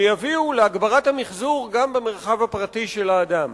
ויביאו להגברת המיחזור גם במרחב הפרטי של האדם.